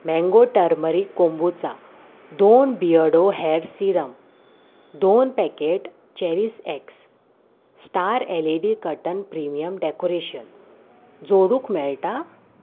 mango turmeric kombucha दोन Beardo hair serum दोन packet Cherish X star L E D curtain premium decoration जोडूंक मेळटा